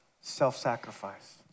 self-sacrifice